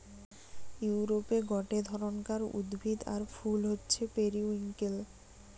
ইউরোপে গটে ধরণকার উদ্ভিদ আর ফুল হচ্ছে পেরিউইঙ্কেল